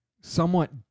somewhat